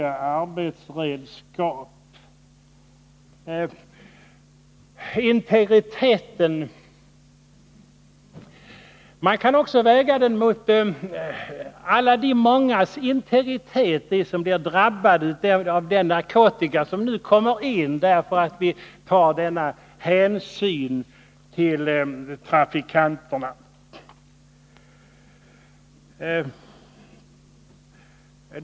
Man kan också väga integriteten för de inresande mot alla de mångas integritet — integriteten för dem som blir drabbade av den narkotika som nu kommer in därför att vi tar så stor hänsyn till trafikanterna.